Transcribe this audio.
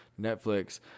Netflix